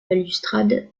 balustrade